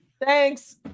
thanks